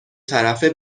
طرفه